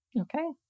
Okay